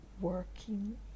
working